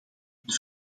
dit